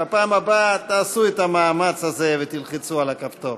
בפעם הבאה תעשו את המאמץ הזה ותלחצו על הכפתור.